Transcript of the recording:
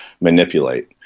manipulate